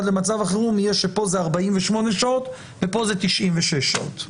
למצב החירום יהיה שפה זה 48 שעות ופה זה 96 שעות.